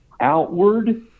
outward